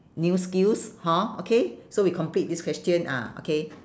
new skills hor okay so we complete this question ah okay